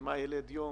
מה ילד יום